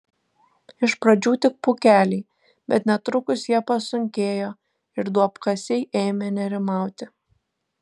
iš pradžių tik pūkeliai bet netrukus jie pasunkėjo ir duobkasiai ėmė nerimauti